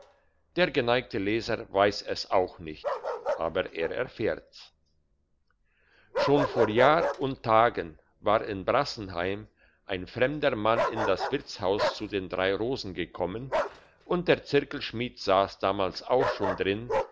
der geneigte leser weiss es auch nicht aber er erfahrt's schon vor jahr und tagen war in brassenheim ein fremder mann in das wirtshaus zu den drei rosen gekommen und der zirkelschmied sass damals auch schon drin